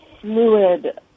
fluid